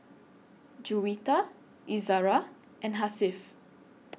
Juwita Izzara and Hasif